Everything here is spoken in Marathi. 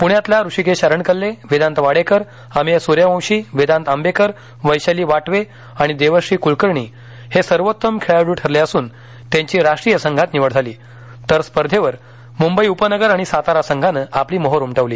पुण्यातला ऋषिकेश अरणकल्ले वेदांत वाडेकर अमेय स्र्यवंशी वेदांत आंबेकर वैशाली वाटवे आणि देवश्री क्लकर्णी हे सर्वौत्तम खेळाडु ठरले असून त्यांची राष्ट्रीय संघात निवड झाली तर स्पर्धेवर मुंबई उपनगर आणि सातारा संघानं आपली मोहोर उमटवली